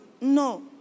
No